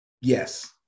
Yes